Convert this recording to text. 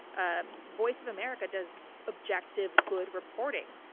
ah voice of america does objective, good reporting.